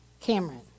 Cameron